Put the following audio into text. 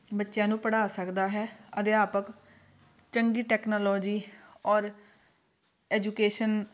ਬੱਚਿਆਂ ਨੂੰ ਪੜ੍ਹਾ ਸਕਦਾ ਹੈ ਅਧਿਆਪਕ ਚੰਗੀ ਟੈਕਨਾਲੋਜੀ ਔਰ ਐਜੂਕੇਸ਼ਨ